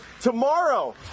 tomorrow